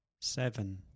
Seven